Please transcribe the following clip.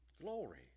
Glory